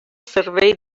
servei